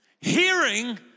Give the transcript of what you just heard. Hearing